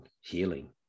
healing